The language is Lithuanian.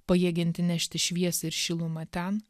pajėgianti nešti šviesą ir šilumą ten